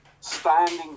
standing